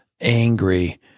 angry